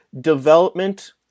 development